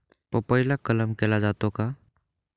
पपईला कलम केला जातो का?